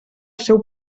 seu